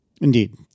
Indeed